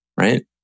right